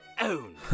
own